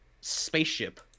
spaceship